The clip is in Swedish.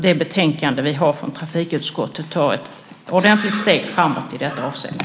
Det betänkande vi har från trafikutskottet tar ett ordentligt steg framåt i detta avseende.